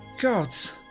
Gods